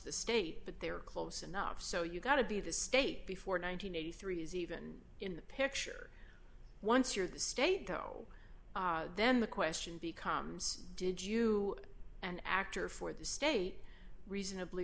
the state but they are close enough so you got to be the state before nine hundred and eighty three is even in the picture once you're the state though then the question becomes did you an actor for the state reasonably